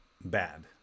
bad